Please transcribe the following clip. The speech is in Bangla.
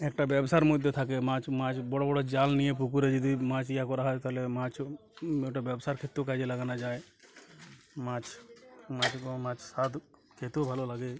একটা ব্যবসার মধ্যে থাকে মাছ মাছ বড়ো বড়ো জাল নিয়ে পুকুরে যদি মাছ ইয়া করা হয় তাহলে মাছও ওটা ব্যবসার ক্ষেত্রেও কাজে লাগানো যায় মাছ মাছ এবং মাছ স্বাদ খেতেও ভালো লাগে